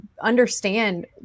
understand